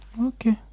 Okay